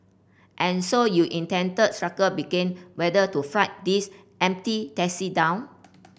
and so you intent struggle begin whether to flag these empty taxi down